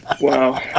Wow